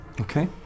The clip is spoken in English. Okay